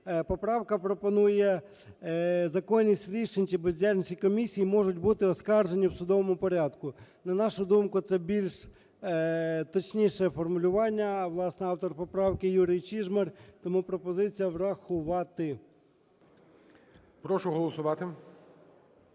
Поправка пропонує "законність рішень чи бездіяльності комісії можуть бути оскаржені в судовому порядку" . На нашу думку, це більш точніше формулювання, власне, автор поправки Юрій Чижмарь. Тому пропозиція врахувати. ГОЛОВУЮЧИЙ. Прошу голосувати.